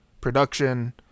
production